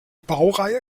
baureihe